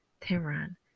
Tehran